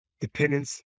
dependence